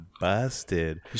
busted